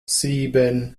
sieben